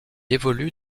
évolue